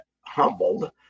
humbled